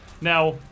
Now